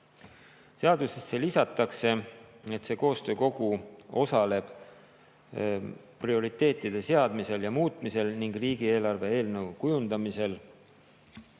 Seadusesse lisatakse, et see koostöökogu osaleb prioriteetide seadmisel ja muutmisel ning riigieelarve eelnõu kujundamisel